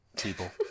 people